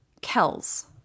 Kells